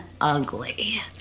ugly